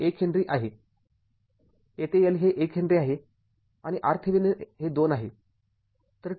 येथे L हे १ henry आहे आणि R थेविनिन हे २ आहे